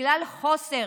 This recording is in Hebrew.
בגלל חוסר,